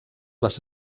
les